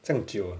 这样久